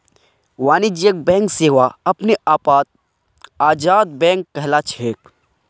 वाणिज्यिक बैंक सेवा अपने आपत आजाद बैंक कहलाछेक